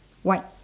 white